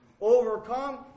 Overcome